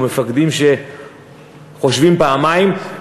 או מפקדים שחושבים פעמיים,